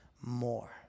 more